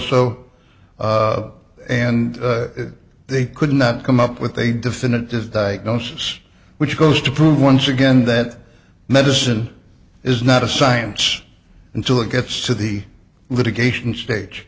so and they could not come up with a definitive diagnosis which goes to prove once again that medicine is not a science until it gets to the litigation stage